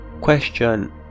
question